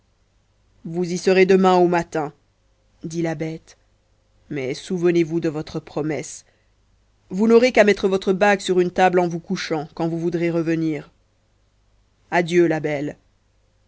vous y serez demain au matin dit la bête mais souvenez-vous de votre promesse vous n'aurez qu'à mettre votre bague sur une table en vous couchant quand vous voudrez revenir adieu la belle